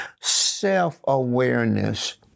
self-awareness